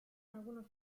algunos